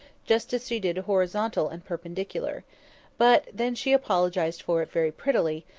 just as she did horizontal and perpendicular but then she apologised for it very prettily,